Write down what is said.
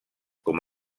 com